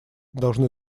должны